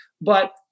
but-